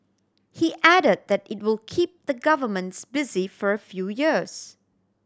he added that it will keep the governments busy for a few years